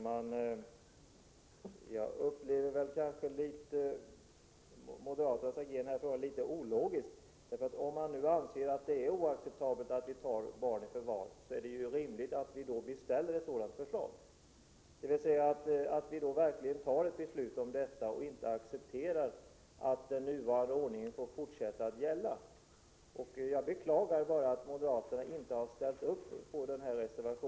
Fru talman! Jag uppfattar moderaternas agerande som litet ologiskt. Om man anser att det är oacceptabelt att barn tas i förvar, är det ju rimligt att riksdagen beställer ett förslag om absolut förbud mot detta, dvs. att vi verkligen visar att vi inte accepterar att den nuvarande ordningen får fortsätta att gälla. Jag beklagar att moderaterna inte har ställt upp på reservation 4.